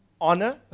Honor